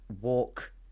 walk